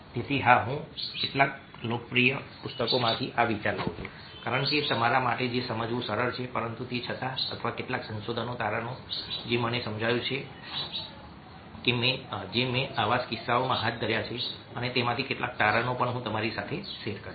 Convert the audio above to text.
તેથી હા હું કેટલાક લોકપ્રિય પુસ્તકોમાંથી આ વિચાર લઉં છું કારણ કે તમારા માટે તે સમજવું સરળ છે પરંતુ તે છતાં અથવા કેટલાક સંશોધન તારણો જે મને સમજાયું છે કે જે મેં આવા કિસ્સાઓમાં હાથ ધર્યા છે અને તેમાંથી કેટલાક તારણો પણ હું તમારી સાથે શેર કરીશ